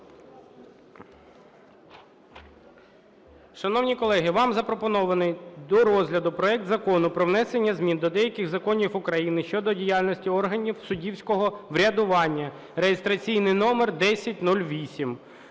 Шановні колеги, вам запропонований до розгляду проект Закону про внесення змін до деяких законів України щодо діяльності органів суддівського врядування (реєстраційний номер 1008).